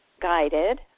guided